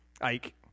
Ike